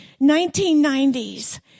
1990s